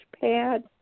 pad